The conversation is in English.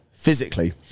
physically